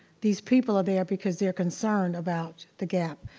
these people are there because they're concerned about the gap.